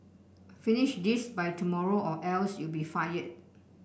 finish this by tomorrow or else you be fired